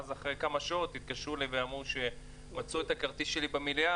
אחרי כמה שעות התקשרו אליי ואמרו שמצאו את הכרטיס שלי במליאה,